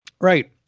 Right